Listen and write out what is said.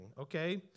okay